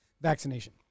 vaccination